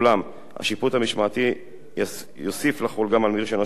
השיפוט המשמעתי יוסיף לחול גם על מי שרשיונו אינו בתוקף,